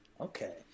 Okay